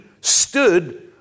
stood